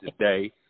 today